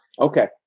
Okay